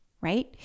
right